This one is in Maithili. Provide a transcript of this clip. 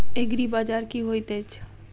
एग्रीबाजार की होइत अछि?